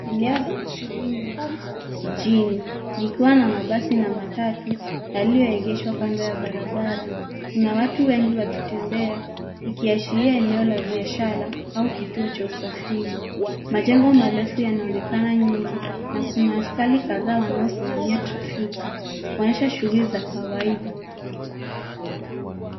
Eneo lenye shughuli nyingi jijini likiwa na mabasi na matatu yaliyoegeshwa kando ya barabara. Kuna watu wengi wakitembea ikiashiria eneo la biashara au kituo cha usafiri. Majengo marefu yanaonekana nyumba na kuna askari kadhaa wanaosimamia trafiki, kuonyesha shughuli za kawaida.